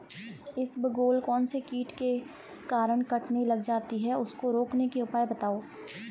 इसबगोल कौनसे कीट के कारण कटने लग जाती है उसको रोकने के उपाय बताओ?